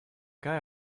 guy